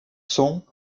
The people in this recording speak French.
sont